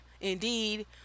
Indeed